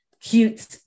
cute